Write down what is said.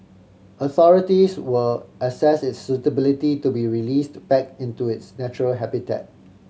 authorities will assess its suitability to be released back into its natural habitat